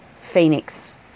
Phoenix